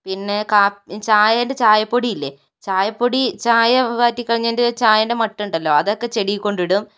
പിന്നെ കാ ചായേൻ്റെ ചായപ്പൊടി ഇല്ലേ ചായപ്പൊടി ചായ വാറ്റി കളഞ്ഞേൻ്റെ ചായൻ്റെ മട്ടുണ്ടല്ലോ അതൊക്കെ ചെടിയിൽ കൊണ്ട് ഇടും